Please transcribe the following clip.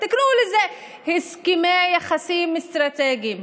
תקראו לזה "הסכמי יחסים אסטרטגיים",